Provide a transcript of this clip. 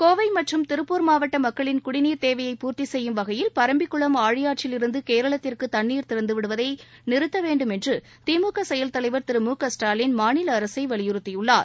கோவை மற்றும் திருப்பூர் மாவட்ட மக்களின் குடிநீர் தேவையை பூர்த்தி செய்யும் வகையில் பரம்பிக்குளம் ஆழியாற்றில் இருந்து கேரளத்திற்கு தண்ணீர் திறந்துவிடுவதை நிறுத்த வேண்டும் என்று திமுக செயல் தலைவர் திரு மு க ஸ்டாலின் மாநில அரசை வலியுறுத்தியுள்ளார்